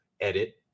edit